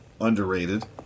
underrated